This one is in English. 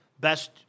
Best